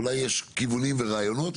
אולי יש כיוונים ורעיונות.